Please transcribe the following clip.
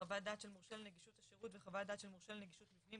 חוות דעת של מורשה לנגישות השירות וחוות דעת של מורשה לנגישות מבנים,